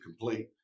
complete